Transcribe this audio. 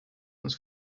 uns